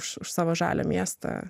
už savo žalią miestą